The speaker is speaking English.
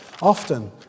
often